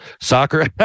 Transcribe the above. Soccer